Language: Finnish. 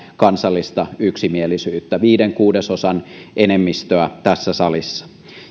kansallista yksimielisyyttä viiden kuudesosan enemmistöä tässä salissa